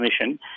Commission